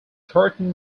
thirteen